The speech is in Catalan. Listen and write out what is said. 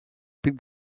pic